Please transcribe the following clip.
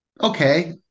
okay